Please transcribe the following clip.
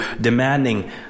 demanding